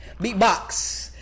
beatbox